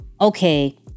okay